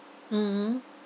mmhmm